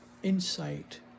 insight